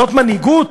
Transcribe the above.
זאת מנהיגות